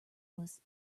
was